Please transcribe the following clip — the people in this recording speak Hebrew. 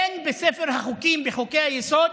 זה איננו בספר החוקים, בחוקי-היסוד,